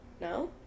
No